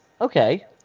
Okay